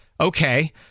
Okay